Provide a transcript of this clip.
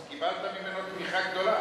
אז קיבלת ממנו תמיכה גדולה.